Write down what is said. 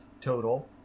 total